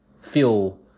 feel